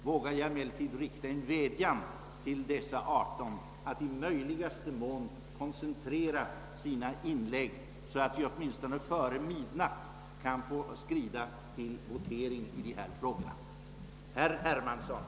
Jag vågar emellertid rikta en vädjan till dessa 18 talare att i möjligaste mån koncentrera sina inlägg, så att vi åtminstone kan gå till votering i dessa frågor före midnatt.